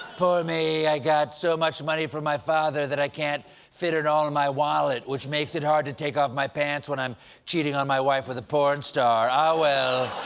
poor me, i got so much money from my father that i can't fit it all in my wallet, which makes it hard to take off my pants when i'm cheating on my wife with a porn star. oh, well,